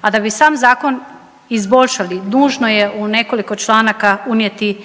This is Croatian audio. A da bi sam zakon izboljšali, dužno je u nekoliko članaka unijeti